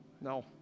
no